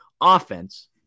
offense